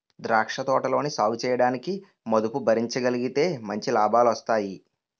ద్రాక్ష తోటలని సాగుచేయడానికి మదుపు భరించగలిగితే మంచి లాభాలొస్తాయి